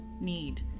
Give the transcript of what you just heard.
need